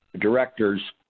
directors